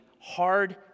hard